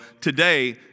today